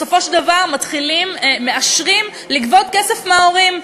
בסופו של דבר מאשרים לגבות כסף מההורים.